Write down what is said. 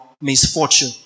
misfortune